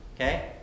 okay